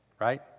Right